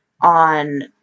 on